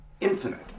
infinite